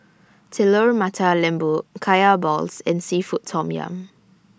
Telur Mata Lembu Kaya Balls and Seafood Tom Yum